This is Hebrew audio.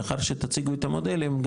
לאחר שתציגו את המודלים,